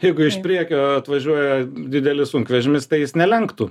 jeigu iš priekio atvažiuoja didelis sunkvežimis tai jis nelenktų